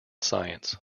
science